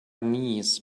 knees